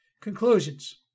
Conclusions